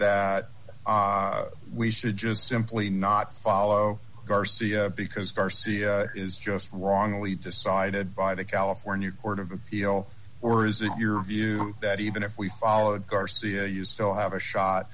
that we should just simply not follow garcia because garcia is just wrongly decided by the california court of appeal or is it your view that even if we followed garcia you still have a shot